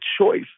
choice